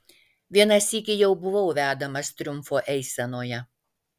vieną sykį jau buvau vedamas triumfo eisenoje